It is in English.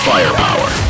Firepower